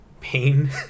pain